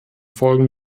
folgen